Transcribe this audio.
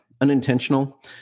unintentional